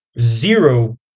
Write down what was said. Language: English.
zero